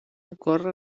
ocorre